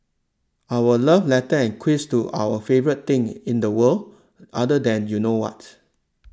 our love letter and quiz to our favourite thing in the world other than you know what